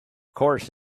course